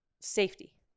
Safety